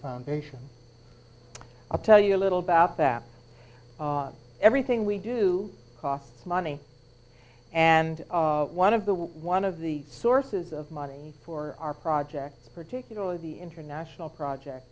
foundation i'll tell you a little about that everything we do costs money and one of the one of the sources of money for our projects particularly the international project